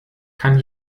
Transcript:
kann